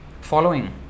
following